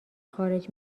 خارج